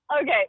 Okay